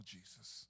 Jesus